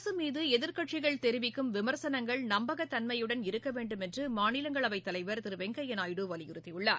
அரசு மீது எதிர்கட்சிகள் தெரிவிக்கும் விமர்சனங்கள் நம்பகத்தன்மை உடையவையாக இருக்க வேண்டும் என்று மாநிலங்களவை தலைவர் திரு வெங்கையா நாயுடு வலியுறுத்தியுள்ளார்